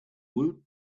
woot